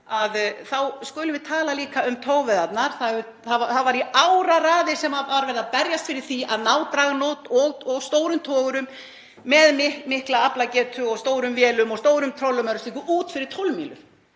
þá skulum við tala líka um togveiðarnar. Það var í áraraðir sem verið var að berjast fyrir því að ná dragnót og stórum togurum með mikla aflagetu og stórum vélum og stórum trollum og öðru slíku út fyrir 12